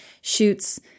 shoots